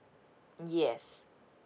yes